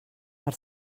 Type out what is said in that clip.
per